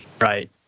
Right